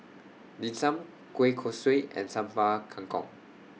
Dim Sum Kueh Kosui and Sambal Kangkong